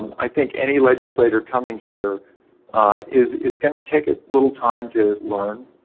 i think any legislator coming here is is gonna take a little time to learn,